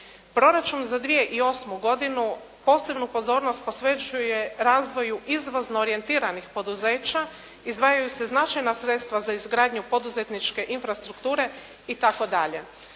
Proračun za 2008. godinu posebnu pozornost posvećuje razvoju izvozno orijentiranih poduzeća, izdvajaju se značajna sredstva za izgradnju poduzetničke infrastrukture itd.